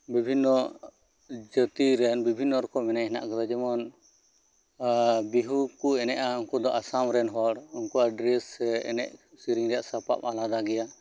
ᱵᱤᱵᱷᱤᱱᱱᱚ ᱡᱟᱛᱤ ᱨᱮᱱ ᱵᱤᱵᱷᱤᱱᱱᱚ ᱨᱚᱠᱚᱢ ᱮᱱᱮᱡ ᱦᱮᱱᱟᱜ ᱠᱟᱫᱟ ᱡᱮᱢᱚᱱ ᱵᱤᱦᱩ ᱠᱚ ᱮᱱᱮᱡᱼᱟ ᱩᱝᱠᱩ ᱫᱚ ᱟᱥᱟᱢ ᱨᱮᱱ ᱦᱚᱲ ᱩᱝᱠᱩᱣᱟᱜ ᱰᱨᱮᱥ ᱥᱮ ᱮᱱᱮᱡ ᱥᱮᱨᱮᱧ ᱨᱮᱭᱟᱜ ᱥᱟᱯᱟᱵ ᱟᱞᱟᱫᱟ ᱜᱮᱭᱟ